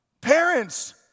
Parents